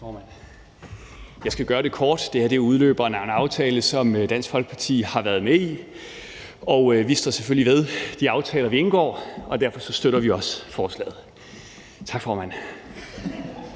Jeg skal gøre det kort. Det her er udløberen af en aftale, som Dansk Folkeparti er med i. Vi står selvfølgelig ved de aftaler, vi indgår, og derfor støtter vi også forslaget. Tak, formand.